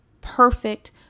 perfect